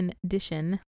condition